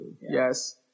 yes